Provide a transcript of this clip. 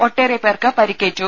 ഒട്ടേറെ പേർക്ക് പരിക്കേറ്റു